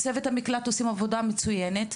צוות המקלט עושה עבודה מצוינת,